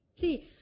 see